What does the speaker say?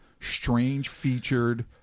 strange-featured